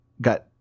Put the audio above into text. got